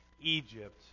Egypt